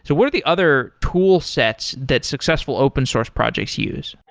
so what are the other toolsets that successful open source projects use?